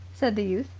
said the youth.